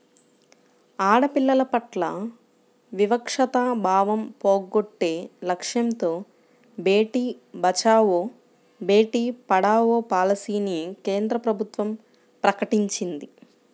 ఆడపిల్లల పట్ల వివక్షతా భావం పోగొట్టే లక్ష్యంతో బేటీ బచావో, బేటీ పడావో పాలసీని కేంద్ర ప్రభుత్వం ప్రకటించింది